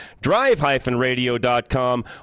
drive-radio.com